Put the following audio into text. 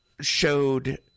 showed